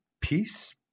peace